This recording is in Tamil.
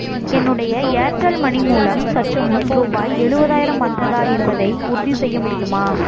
என்னுடைய ஏர்டெல் மனி மூலம் சற்று முன் ரூபாய் எழுபதாயிரம் வந்ததா என்பதை உறுதி செய்ய முடியுமா